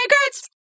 secrets